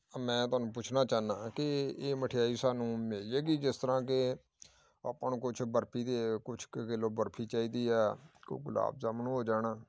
ਮੈਂ ਤੁਹਾਨੂੰ ਪੁੱਛਣਾ ਚਾਹੁੰਦਾ ਹਾਂ ਕਿ ਇਹ ਮਠਿਆਈ ਸਾਨੂੰ ਮਿਲ ਜਾਵੇਗੀ ਜਿਸ ਤਰ੍ਹਾਂ ਕਿ ਆਪਾਂ ਨੂੰ ਕੁਛ ਬਰਫੀ ਦੇ ਕੁਛ ਕੁ ਕਿੱਲੋ ਬਰਫੀ ਚਾਹੀਦੀ ਆ ਕੁ ਗੁਲਾਬ ਜਾਮਣ ਹੋ ਜਾਣ